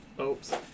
Oops